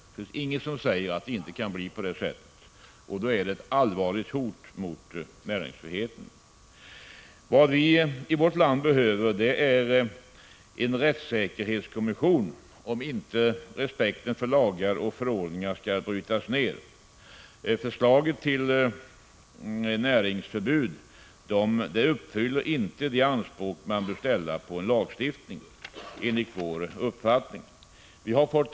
Det finns inget som säger att det inte kan bli på det sättet, och då är det ett allvarligt hot mot näringsfriheten. Vad vi i vårt land behöver är en rättsäkerhetskommission, om inte respekten för lagar och förordningar skall brytas ned. Förslaget till näringsförbud uppfyller enligt vår uppfattning inte de anspråk man bör ställa på en lagstiftning.